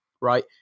right